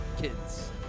kids